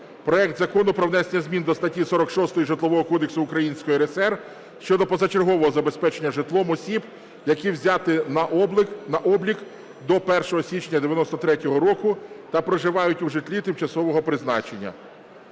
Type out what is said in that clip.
проект Закону про внесення змін до статті 46 Житлового кодексу Української РСР щодо позачергового забезпечення житлом осіб, які взяті на облік до 01 січня 1993 року та проживають у житлі тимчасового призначення